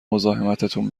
مزاحمتتون